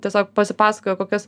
tiesiog pasipasakoja kokias